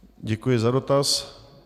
Děkuji za dotaz.